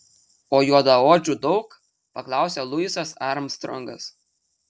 o juodaodžių daug paklausė luisas armstrongas